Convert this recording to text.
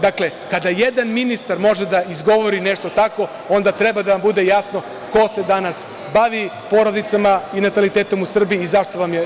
Dakle, kada jedan ministar može da izgovori nešto tako, onda treba da vam bude jasno ko se danas bavi porodicama i natalitetom u Srbiji i zašto vam je…